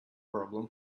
problem